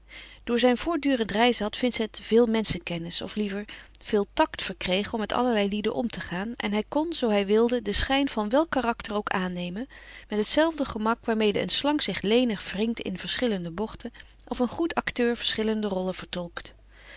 door zijn voortdurend reizen had vincent veel menschenkennis of liever veel tact verkregen om met allerlei lieden om te gaan en hij kon zoo hij wilde den schijn van welk karakter ook aannemen met het zelfde gemak waarmede een slang zich lenig wringt in verschillende bochten of een goed acteur verschillende rollen vertolkt